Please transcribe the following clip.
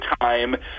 time